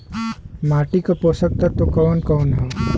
माटी क पोषक तत्व कवन कवन ह?